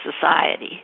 society